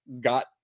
got